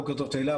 בוקר טוב תהלה,